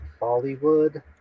bollywood